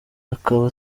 akaba